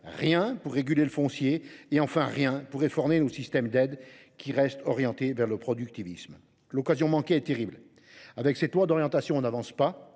rien pour réguler le foncier agricole ; et rien pour réformer notre système d’aides qui reste orienté vers le productivisme. L’occasion manquée est terrible. Avec cette loi d’orientation, on n’avance pas